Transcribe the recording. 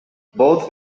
both